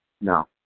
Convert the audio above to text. No